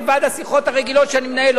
מלבד השיחות הרגילות שאני מנהל,